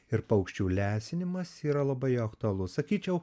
ir paukščių lesinimas yra labai aktualus sakyčiau